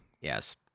Yes